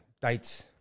dates